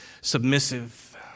submissive